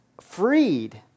freed